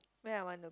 where I want to